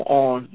on